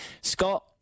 Scott